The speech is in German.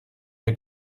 der